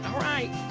right.